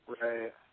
Right